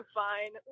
fine